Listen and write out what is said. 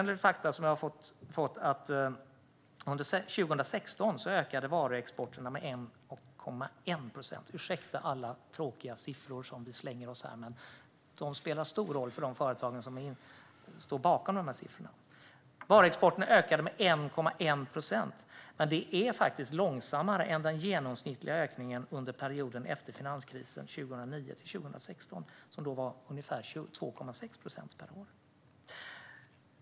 Enligt fakta som jag har fått ökade varuexporten 2016 med 1,1 procent. Ursäkta alla tråkiga siffror som vi slänger oss med här, men de spelar stor roll för de företag som står bakom siffrorna. Varuexporten ökade med 1,1 procent. Det är långsammare än den genomsnittliga ökningen under perioden efter finanskrisen 2009-2016, som då var 2,6 procent per år.